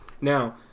Now